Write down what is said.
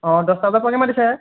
অঁ দহটা বজাত পোৱাকৈ মাতিছে